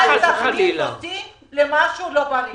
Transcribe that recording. אל תכניס אותי למשהו לא בריא.